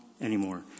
anymore